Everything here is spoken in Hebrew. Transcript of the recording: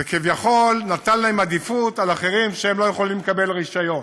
זה כביכול נתן להם עדיפות על אחרים שלא יכולים לקבל רישיון,